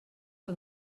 que